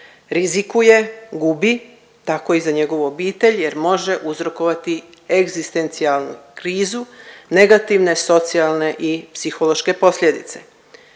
rizikuje, gubi, tako i za njegovu obitelj jer može uzrokovati egzistencijalnu krizu, negativne socijalne i psihološke posljedice.